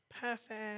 perfect